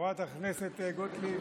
חברת הכנסת גוטליב,